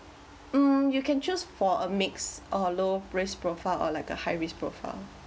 um you can choose for a mix or low risk profile or like a high risk profile